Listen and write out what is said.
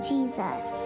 Jesus